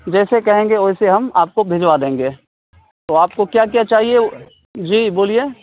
جیسے کہیں گے ویسے ہم آپ کو بھجوا دیں گے تو آپ کو کیا کیا چاہیے جی بولیے